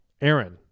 Aaron